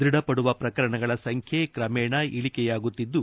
ದೃಢ ಪಡುವ ಪ್ರಕರಣಗಳ ಸಂಖ್ಯೆ ಕ್ರಮೇಣವಾಗಿ ಇಳಿಕೆಯಾಗುತ್ತಿದ್ದು